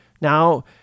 Now